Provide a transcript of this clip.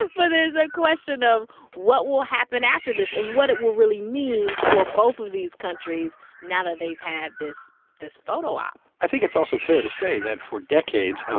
but there's a question of what will happen after this and what it will really mean for both of these countries now that they've had this this photo-op i think it's also fair to say that, for decades,